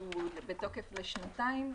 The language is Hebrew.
שהוא בתוקף לשנתיים,